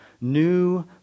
New